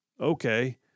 Okay